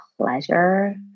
pleasure